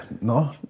No